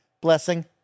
Blessing